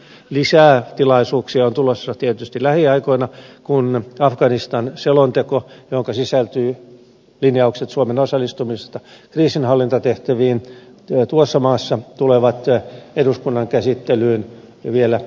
lisää tilaisuuksia on tulossa tietysti lähiaikoina kun afganistan selonteko johonka sisältyvät linjaukset suomen osallistumisesta kriisinhallintatehtäviin tuossa maassa tulee eduskunnan käsittelyyn vielä lähiaikoina